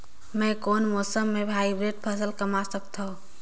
मै कोन मौसम म हाईब्रिड फसल कमा सकथव?